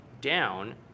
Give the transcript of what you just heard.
down